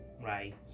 right